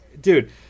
dude